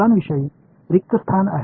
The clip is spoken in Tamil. இங்கே காலியான ஸ்பேஸ்